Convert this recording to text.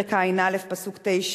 פרק ע"א פסוק ט':